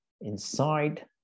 inside